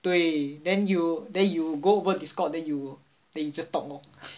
对 then you then you go over discord then you then you just talk lor